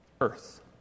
earth